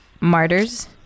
Martyrs